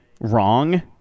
wrong